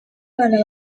abana